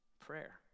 Prayer